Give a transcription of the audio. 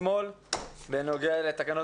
התכנסנו כאן בהמשך לדיון שקיימנו אתמול בנוגע לתקנות